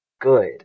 good